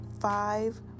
five